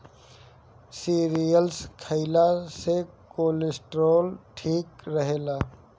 cereals खइला से cholesterol ठीक रहेला